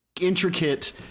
intricate